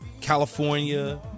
California